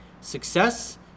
Success